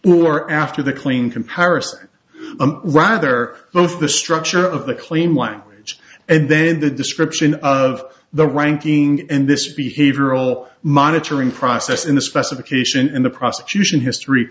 or after the clean comparison rather both the structure of the claim language and then the description of the ranking and this behavioral monitoring process in the specification in the prosecution history